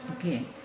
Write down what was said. again